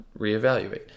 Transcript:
reevaluate